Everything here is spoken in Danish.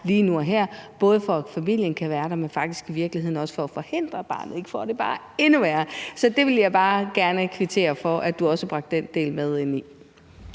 lige nu og her, både for at familien kan være der, men faktisk også for at forhindre, at barnet bare får det endnu værre. Så jeg vil bare gerne kvittere for, at du også bragte den del med ind i